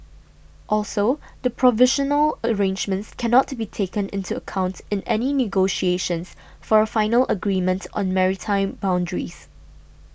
also the provisional arrangements cannot be taken into account in any negotiations for a final agreement on maritime boundaries